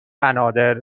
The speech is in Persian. بنادر